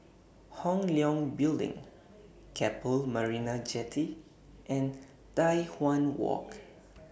Hong Leong Building Keppel Marina Jetty and Tai Hwan Walk